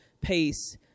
pace